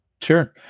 sure